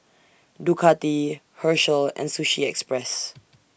Ducati Herschel and Sushi Express